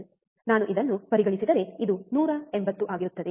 ನಾನು ಇದನ್ನು ಪರಿಗಣಿಸಿದರೆ ಇದು 180 ಆಗಿರುತ್ತದೆ